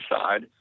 side